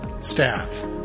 staff